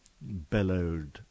bellowed